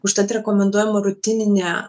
užtat rekomenduojama rutininė